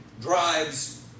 drives